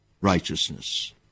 righteousness